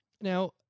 Now